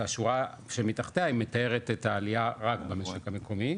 אז השורה מתחתיה מתארת את העלייה רק במשק המקומי,